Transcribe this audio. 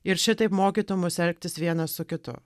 ir šitaip mokytų mus elgtis vienas su kitu